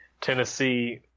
Tennessee